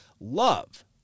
Love